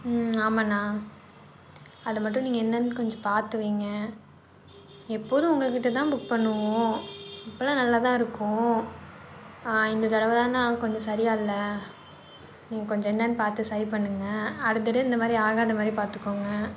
ம் ஆமாண்ணா அதை மட்டும் நீங்கள் என்னென்னு கொஞ்சம் பார்த்து வைங்க எப்போதும் உங்கக்கிட்ட தான் புக் பண்ணுவோம் அப்போல்லாம் நல்லா தான் இருக்கும் இந்த தடவை தான் அண்ணா கொஞ்சம் சரியாக இல்லை நீங்கள் கொஞ்சம் என்னென்னு பார்த்து சரி பண்ணுங்க அடுத்தடவை இந்த மாதிரி ஆகாத மாதிரி பார்த்துக்கோங்க